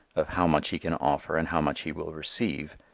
of how much he can offer and how much he will receive,